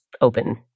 open